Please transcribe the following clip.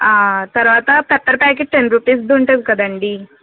తర్వాత pepper packet ten rupees ఉంటుంది కదండీ